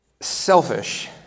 selfish